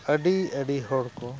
ᱟᱹᱰᱤ ᱟᱹᱰᱤ ᱦᱚᱲ ᱠᱚ